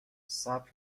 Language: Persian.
صبر